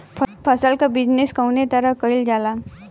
फसल क बिजनेस कउने तरह कईल जाला?